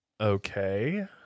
Okay